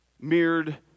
mirrored